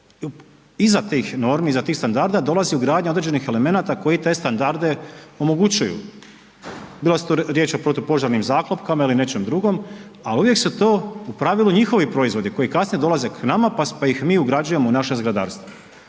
iza tih normi, iza tih standarda dolazi ugradnja određenih elemenata koji te standarde omogućuju, bilo da su to riječ o protupožarnim zaklopkama ili nečem drugom, al uvijek su to u pravilu njihovi proizvodi koji kasnije dolaze k nama, pa ih mi ugrađujemo u naše zgradarstvo